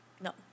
no